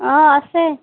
অঁ আছে